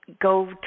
Go